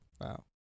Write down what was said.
Wow